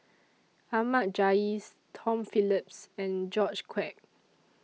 Ahmad Jais Tom Phillips and George Quek